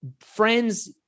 friends